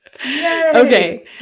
Okay